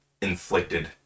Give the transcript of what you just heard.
inflicted